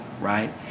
right